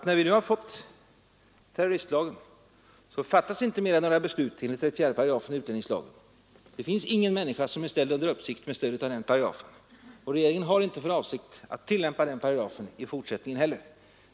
När vi nu har fått terroristlagen fattas inte mer några beslut enligt 34 § utlänningslagen. Det finns ingen människa som är ställd under uppsikt med stöd av den paragrafen, och regeringen har inte för avsikt att tillämpa den paragrafen i fortsättningen heller.